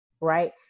right